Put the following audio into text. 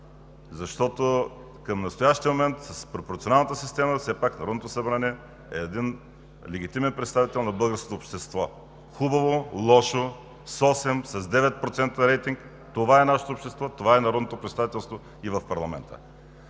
защото към настоящия момент с пропорционалната система все пак Народното събрание е един легитимен представител на българското общество – хубаво, лошо, с 8%, с 9% рейтинг, това е нашето общество, това е народното представителство и в парламента.